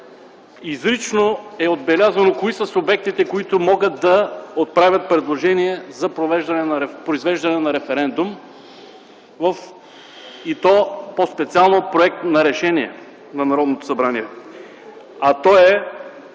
изрично е отбелязано кои са субектите, които могат да отправят предложение за произвеждане на референдум и то специално по проект на решение на Народното събрание,